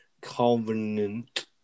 Covenant